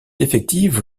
effective